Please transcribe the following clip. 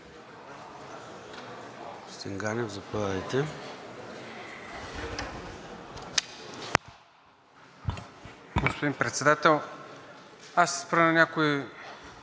Господин Председател, ще се спра на някои